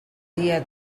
dia